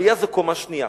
עלייה זו קומה שנייה.